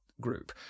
group